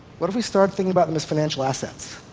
what if we start thinking about them as financial assets?